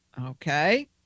Okay